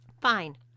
Fine